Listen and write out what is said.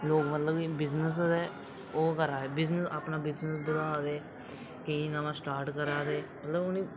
लोक मतलब कि ओह् करै दे मतलब कि अपना बिजनेस बधा दे केईं नमां स्टार्ट करै दे मतलब उ'नें गी